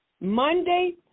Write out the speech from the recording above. Monday